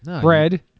bread